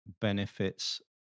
benefits